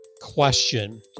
question